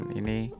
ini